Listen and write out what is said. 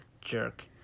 jerk